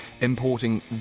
importing